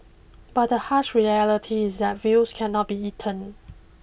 but the harsh reality is that views cannot be eaten